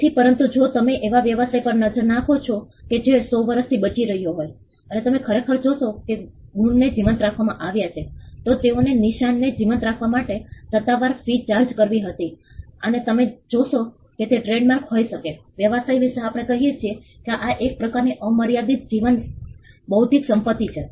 તેથી પરંતુ જો તમે એવા વ્યવસાય પર નજર નાખો કે જે 100 વર્ષથી બચી રહ્યો હોય અને તમે ખરેખર જોશો કે ગુણને જીવંત રાખવામાં આવ્યા છે તો તેઓએ નિશાનને જીવંત રાખવા માટે સત્તાવાર ફી ચાર્જ કરી હતી અને તમે જોશો કે તે ટ્રેડમાર્ક હોઈ શકે વ્યવસાય વિશે આપણે કહીએ છીએ કે આ એક પ્રકારની અમર્યાદિત જીવન બૌદ્ધિક સંપત્તિ છે